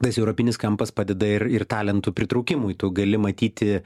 tas europinis kampas padeda ir ir talentų pritraukimui tu gali matyti